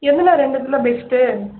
எதுண்ணா ரெண்டுத்தில் பெஸ்ட்டு